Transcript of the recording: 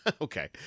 Okay